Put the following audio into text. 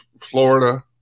Florida